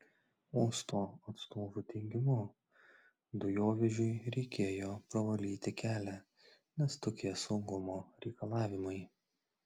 uosto atstovų teigimu dujovežiui reikėjo pravalyti kelią nes tokie saugumo reikalavimai